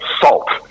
salt